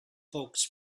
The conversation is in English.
folks